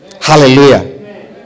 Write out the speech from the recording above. Hallelujah